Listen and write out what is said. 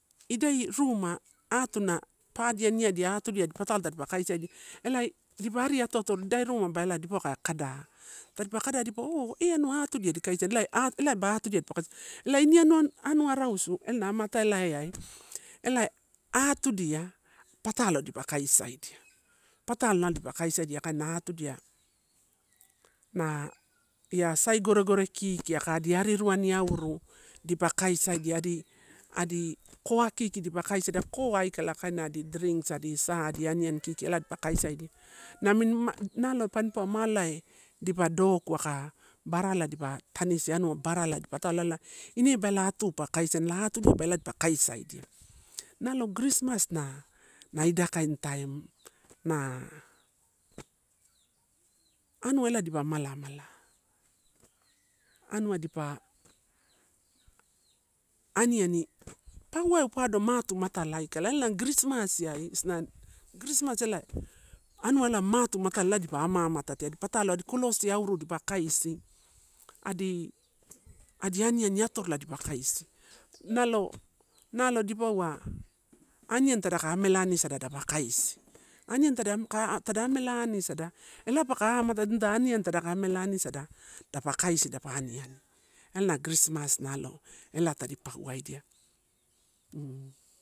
Idai ruma aatuna, padia, niadia atudia adi patalo tadipa kaisai dia elae dipa ari ato atorui, idai ruma ba dipauwa kai kada. Tadipa kada dipauwa'o'eanua atudia di kaisaidia ela, elai ba atudia dipa kaisaidia, ela ini anuarasu ela na amataelae elae atuda patalo dipa kaisaidia. Patalo nalo dipa kaisaidia, kaina atudia na ia sai gore gore kiki aka adi ariruani auru dipa kaiasaidia, adi koa kiki dipa kaisaiidia, koa aikala kaina adi drinks adisa adi aniani kiki ela dipa kaisaidia. Namini, nalo panpauwa ma alai dipa doku aka barala dipa tanisi anua baraala dipa patalo ai, ineba atu pa kaisaina ela atudia pido kisaidia. Nalo girismasi na, na ida kaini taim na, anua ela dipa malamala, anua dipa aniani tau uwaeupado matu matala aikala ela na girismasiai isno girismasi elae anua ela mutu matala ela dipa ama amatete adi patalo, adi kolosi auru dipa kaisi adi, adi aniani atorola dipa kaisi, nalo, nalo dipauwa aniani tadako amela anisada dapa kaisi, aniani tada tada amela anisaeda ela paka amatatea nida aniani tadaka amela anisada dapa kaisi dapa aniani ela na girismas nalo ela tadipauwadia.